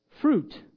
fruit